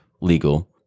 legal